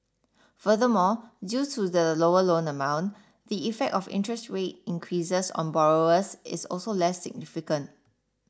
furthermore due to the lower loan amount the effect of interest rate increases on borrowers is also less significant